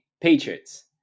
Patriots